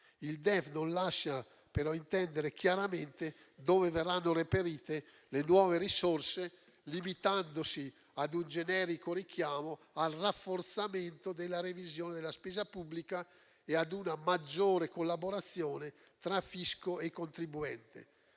non lascia intendere chiaramente dove verranno reperite le nuove risorse, limitandosi a un generico richiamo al rafforzamento della revisione della spesa pubblica e a una maggiore collaborazione tra fisco e contribuente,